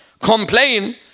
complain